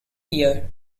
year